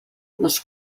les